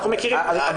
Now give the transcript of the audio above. אנחנו מכירים --- לא,